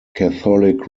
catholic